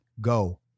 go